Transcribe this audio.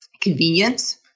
convenience